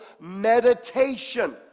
meditation